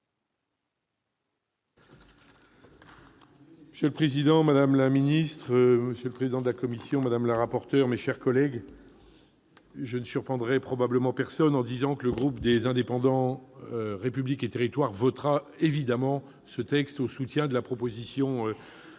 Monsieur le président, madame la secrétaire d'État, monsieur le président de la commission, madame la rapporteur, mes chers collègues, je ne surprendrai probablement personne en disant que le groupe Les Indépendants- République et Territoires votera évidemment ce texte, car il vient en soutien de la proposition de notre